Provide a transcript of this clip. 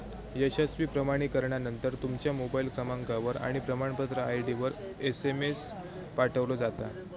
यशस्वी प्रमाणीकरणानंतर, तुमच्या मोबाईल क्रमांकावर आणि प्रमाणपत्र आय.डीवर एसएमएस पाठवलो जाता